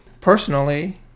Personally